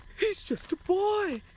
he's just a boy.